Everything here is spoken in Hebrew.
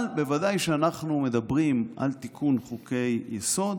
אבל בוודאי שכשאנחנו מדברים על תיקון חוקי-יסוד